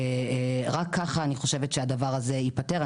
רק ככה אני חושבת שהדבר הזה ייפתר.